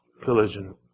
collision